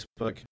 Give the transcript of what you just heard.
Facebook